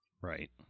Right